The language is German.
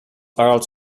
öls